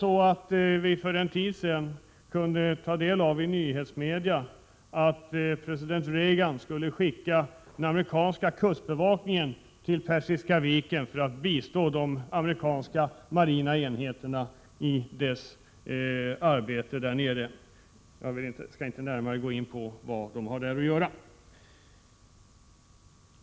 Vi kunde för en tid sedan i nyhetsmedierna ta del av uppgifter om att president Reagan skulle skicka den amerikanska kustbevakningen till Persiska viken för att bistå de amerikanska marina enheterna i deras arbete där nere. — Jag skall inte gå närmare in på vad de har där att göra.